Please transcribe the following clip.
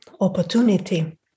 opportunity